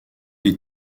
les